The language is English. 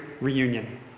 reunion